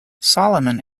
solomon